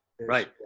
Right